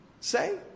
say